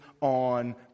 on